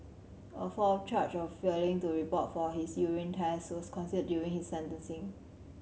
a fourth charge of failing to report for his urine test was considered during his sentencing